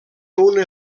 una